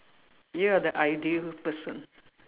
you are the ideal person